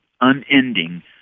unending